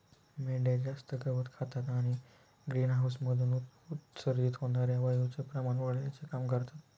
मेंढ्या जास्त गवत खातात आणि ग्रीनहाऊसमधून उत्सर्जित होणार्या वायूचे प्रमाण वाढविण्याचे काम करतात